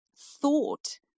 thought